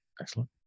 Excellent